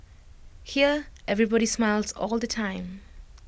here everybody smiles all the time